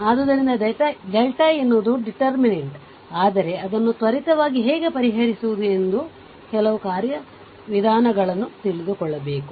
ಆದ್ದರಿಂದ ಎನ್ನುವುದು ಡಿಟರ್ಮಿನೆಂಟ್ ಆದರೆ ಅದನ್ನು ತ್ವರಿತವಾಗಿ ಹೇಗೆ ಪರಿಹರಿಸುವುದು ಎಂದು ಕೆಲವು ಕಾರ್ಯವಿಧಾನಗಳನ್ನು ತಿಳಿದುಕೊಳ್ಳಬೇಕು